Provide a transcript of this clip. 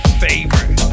favorite